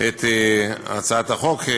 את הצעת החוק,